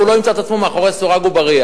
והוא לא ימצא את עצמו מאחורי סורג ובריח.